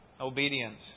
obedience